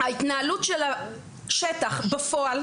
ההתנהלות של השטח בפועל